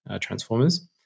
transformers